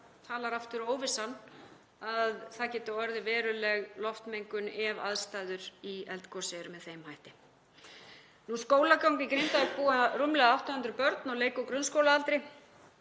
talar aftur óvissan, að það geti orðið veruleg loftmengun ef aðstæður í eldgosi eru með þeim hætti. Varðandi skólagöngu þá búa rúmlega 800 börn á leik- og grunnskólaaldri